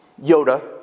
Yoda